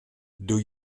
doe